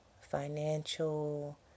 financial